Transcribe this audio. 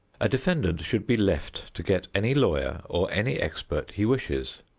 a defendant should be left to get any lawyer or any expert he wishes.